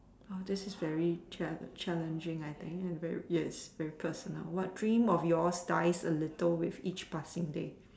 oh this is very challenge challenging I think it is very yes very personal what dream of yours dies a little with each passing day